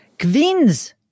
Queens